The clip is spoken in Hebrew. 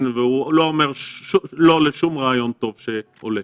והוא לא אומר לא לשום רעיון טוב שעולה.